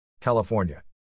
California